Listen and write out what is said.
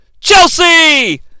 Chelsea